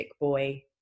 boy